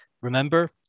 Remember